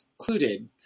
included